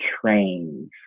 trains